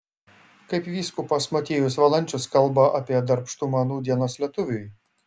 kaip vyskupas motiejus valančius kalba apie darbštumą nūdienos lietuviui